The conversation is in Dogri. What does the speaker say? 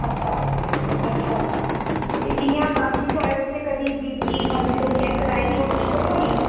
अच्छा अच्छा अच्छा ते इ'यां बाकी थो तुसें कदें बी पी पल्स चैक कराई ओह ठीक ऐ थुआढ़ी